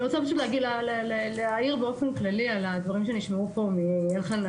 אני רוצה פשוט להעיר באופן כללי על הדברים שנשמעו פה מאלחנן,